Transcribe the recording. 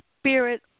spirit